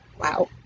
Wow